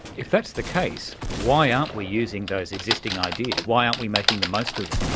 if that's the case, why aren't we using those existing ideas? why aren't we making the most of them?